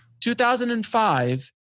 2005